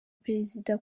perezida